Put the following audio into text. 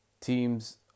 teams